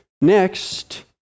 Next